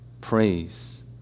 praise